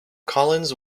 collins